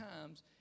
times